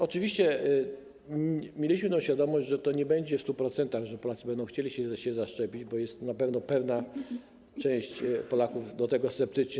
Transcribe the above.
Oczywiście mieliśmy świadomość, że to nie będzie w 100% tak, że Polacy będą chcieli się zaszczepić, bo jest na pewno pewna część Polaków nastawiona do tego sceptycznie.